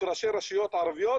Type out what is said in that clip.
כראשי רשויות ערביות,